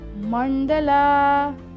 Mandala